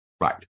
Right